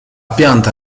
pianta